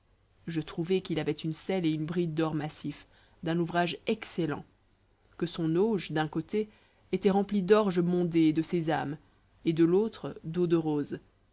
je trouvai qu'il avait une selle et une bride d'or massif d'un ouvrage excellent que son auge d'un côté était remplie d'orge mondé et de sésame et de l'autre d'eau de rose